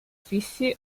fissi